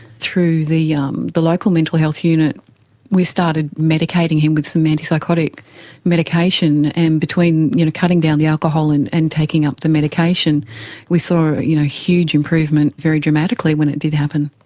through the um the local mental health unit we started medicating him with some antipsychotic medication. and between you know cutting down the alcohol and and taking up the medication we saw you know a huge improvement very dramatically when it did happen.